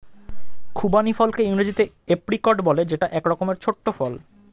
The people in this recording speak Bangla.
খুবানি ফলকে ইংরেজিতে এপ্রিকট বলে যেটা এক রকমের ছোট্ট ফল